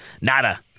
Nada